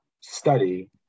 study